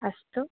अस्तु